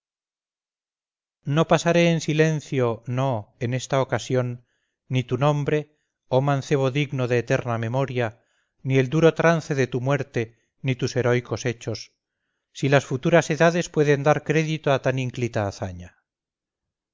no pasaré en silencio no en esta ocasión ni tu nombre oh mancebo digno de eterna memoria ni el duro trance de tu muerte ni tus heroicos hechos si las futuras edades pueden dar crédito a tan ínclita hazaña